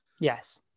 Yes